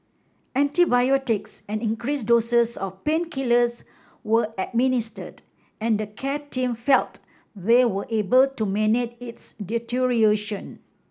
antibiotics and increased doses of painkillers were administered and the care team felt they were able to manage its deterioration